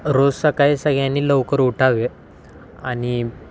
रोज सकाळी सगळ्यांनी लवकर उठावे आणि